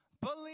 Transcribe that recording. Believe